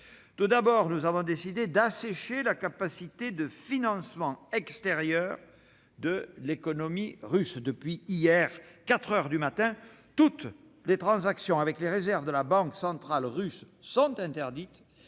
Tout d'abord, nous avons décidé d'assécher la capacité de financement extérieur de l'économie russe. Depuis hier, quatre heures du matin, toutes les transactions avec les réserves de la banque centrale russe sont interdites